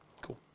Cool